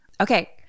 Okay